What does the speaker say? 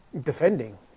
defending